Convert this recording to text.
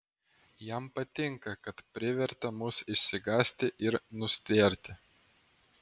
jam patinka kad privertė mus išsigąsti ir nustėrti